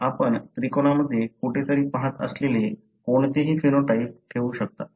आपण त्रिकोणामध्ये कुठेतरी पहात असलेले कोणतेही फिनोटाइप ठेवू शकता